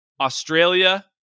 Australia